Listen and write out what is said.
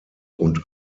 und